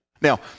Now